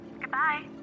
Goodbye